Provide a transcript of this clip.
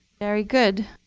very good.